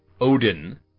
Odin